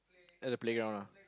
at the playground lah